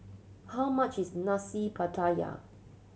how much is Nasi Pattaya